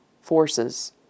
forces